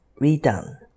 redone